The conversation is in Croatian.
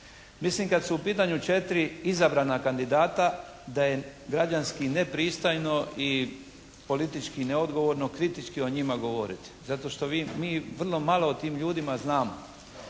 Mislim kad su u pitanju 4 izabrana kandidata da je građanski nepristojno i politički neodgovorno kritički o njima govoriti zato što mi vrlo malo o tim ljudima znamo.